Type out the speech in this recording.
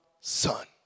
son